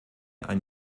ein